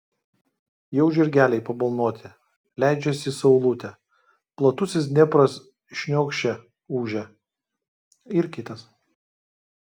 jau žirgeliai pabalnoti leidžiasi saulutė platusis dniepras šniokščia ūžia ir kitas